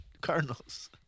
Cardinals